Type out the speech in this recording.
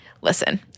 listen